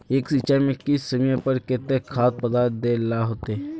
एक सिंचाई में किस समय पर केते खाद पदार्थ दे ला होते?